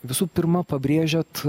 visų pirma pabrėžiat